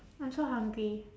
I'm so hungry